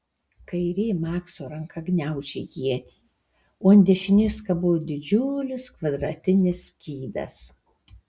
kairė makso ranka gniaužė ietį o ant dešinės kabojo didžiulis kvadratinis skydas